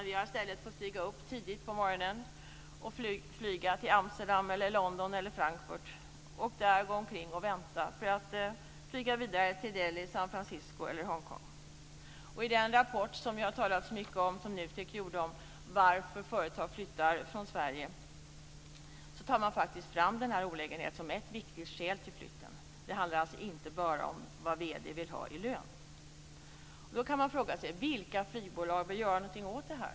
Vi har i stället fått stiga upp tidigt på morgonen för att flyga till Amsterdam, London eller Frankfurt. Där har vi fått gå omkring och vänta för att sedan flyga vidare till Delhi, San Francisco eller Hongkong. Det har talats mycket om den rapport som NUTEK gjorde om varför företag flyttar från Sverige. I den tar man faktiskt fram den här olägenheten som ett viktigt skäl till att man flyttar. Det handlar alltså inte bara om vad vd:n vill ha i lön. Då kan man fråga sig vilka flygbolag som vill göra någonting åt det här.